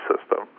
system